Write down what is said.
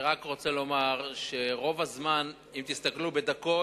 אני רק רוצה לומר שרוב הזמן, אם תסתכלו בדקות,